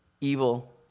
evil